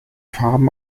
farben